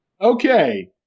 Okay